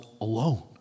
alone